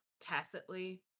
tacitly